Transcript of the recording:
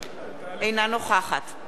אינה נוכחת יצחק וקנין,